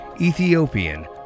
Ethiopian